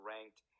ranked